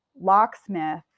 locksmith